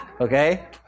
Okay